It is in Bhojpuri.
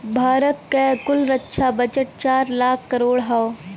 भारत क कुल रक्षा बजट चार लाख करोड़ हौ